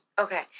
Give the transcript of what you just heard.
Okay